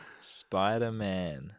Spider-Man